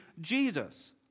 Jesus